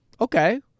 Okay